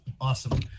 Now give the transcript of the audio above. awesome